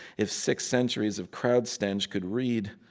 if six centuries of crowd stench could read,